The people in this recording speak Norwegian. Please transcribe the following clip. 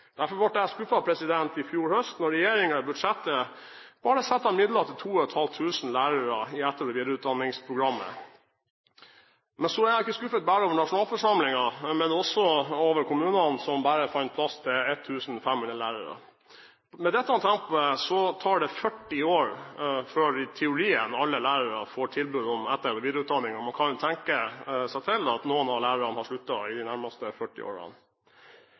Derfor ble jeg skuffet i fjor høst, da regjeringen i budsjettet bare satte av midler til 2 500 lærere i etter- og videreutdanningsprogrammet. Men så er jeg ikke skuffet bare over nasjonalforsamlingen, men også over kommunene, som bare fant plass til 1 500 lærere. Med dette tempoet tar det 40 år før alle lærere i teorien får tilbud om etter- og videreutdanning. Og man kan jo tenke seg at noen av lærerne har sluttet i løpet av de nærmeste 40 årene.